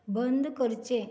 बंद करचें